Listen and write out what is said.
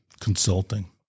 Consulting